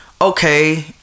okay